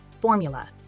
Formula